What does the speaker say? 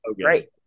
great